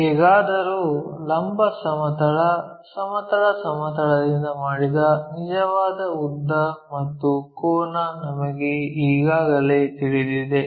ಹೇಗಾದರೂ ಲಂಬ ಸಮತಲ ಸಮತಲ ಸಮತಲದಿಂದ ಮಾಡಿದ ನಿಜವಾದ ಉದ್ದ ಮತ್ತು ಕೋನ ನಮಗೆ ಈಗಾಗಲೇ ತಿಳಿದಿದೆ